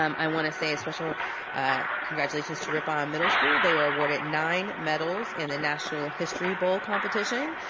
um i wanna say a special congratulations to ripaw middle school. they were awarded nine medals in the national history bull competition,